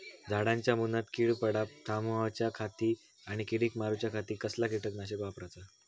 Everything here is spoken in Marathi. झाडांच्या मूनात कीड पडाप थामाउच्या खाती आणि किडीक मारूच्याखाती कसला किटकनाशक वापराचा?